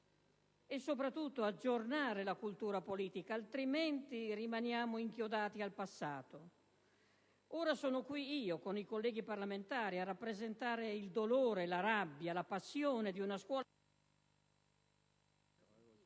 e, soprattutto, aggiornare la cultura politica, altrimenti rimaniamo inchiodati al passato. Ora sono qui io, con i colleghi parlamentari, a rappresentare il dolore, la rabbia, la passione di una scuola